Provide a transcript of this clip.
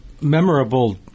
memorable